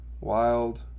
wild